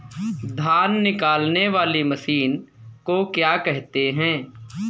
धान निकालने वाली मशीन को क्या कहते हैं?